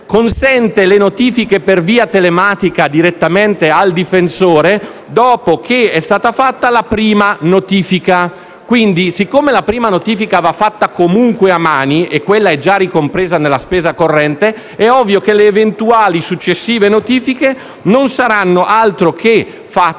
consente le notifiche per via telematica direttamente al difensore dopo che è stata fatta la prima notifica. Quindi, poiché la prima notifica va fatta comunque a mano - e quella è già ricompresa nella spesa corrente - è ovvio che le eventuali successive notifiche saranno fatte